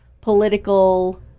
political